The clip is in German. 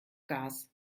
gas